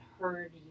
heard